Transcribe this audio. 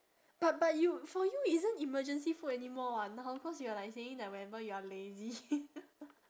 but but you for you isn't emergency food anymore [what] now cause you're like saying that whenever you're lazy